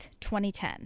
2010